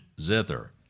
zither